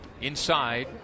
inside